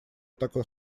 такой